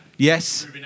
Yes